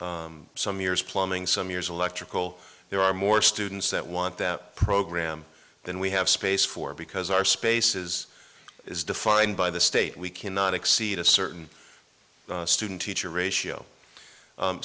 some years plumbing some years electrical there are more students that want that program than we have space for because our spaces is defined by the state we cannot exceed a certain student teacher ratio